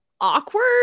awkward